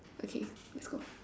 okay let's go